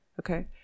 Okay